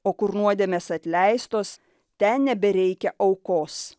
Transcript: o kur nuodėmės atleistos ten nebereikia aukos